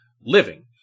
living